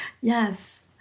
Yes